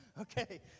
Okay